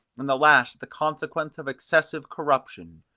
and the last the consequence of excessive corruption.